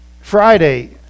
Friday